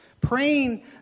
Praying